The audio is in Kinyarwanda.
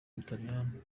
butaliyani